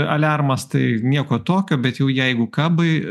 aliarmas tai nieko tokio bet jau jeigu kabai